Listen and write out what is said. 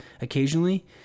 occasionally